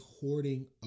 hoarding